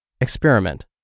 Experiment